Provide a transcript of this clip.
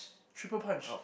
triple punch